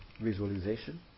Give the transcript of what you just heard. visualization